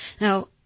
Now